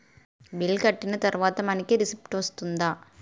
Bill కట్టిన తర్వాత మనకి రిసీప్ట్ వస్తుందా?